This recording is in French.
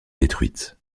détruite